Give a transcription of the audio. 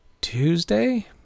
Tuesday